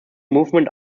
movement